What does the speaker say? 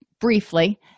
briefly